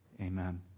amen